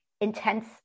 intense